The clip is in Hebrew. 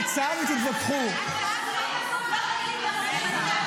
עכשיו היא גם לא ישרה.